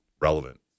relevant